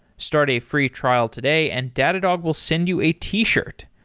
start a free trial today and datadog will send you a t-shirt.